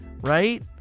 right